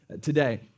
today